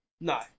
No